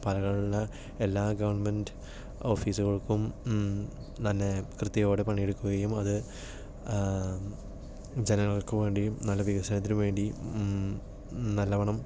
പാലക്കാടുള്ള എല്ലാ ഗവൺമെന്റ് ഓഫീസുകൾക്കും നല്ല വൃത്തിയോടെ പണിയെടുക്കുകയും അത് ജനങ്ങൾക്ക് വേണ്ടിയും നല്ല വികസനത്തിനും വേണ്ടി നല്ലവണ്ണം